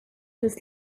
was